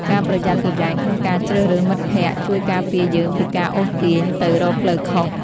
ការប្រយ័ត្នប្រយែងក្នុងការជ្រើសរើសមិត្តភក្តិ ជួយការពារយើងពីការអូសទាញទៅរកផ្លូវខុស។